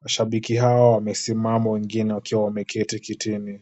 Mashabiki hawa wamesimama, wengine wakiwa wameketi kitini.